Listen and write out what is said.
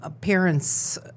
Parents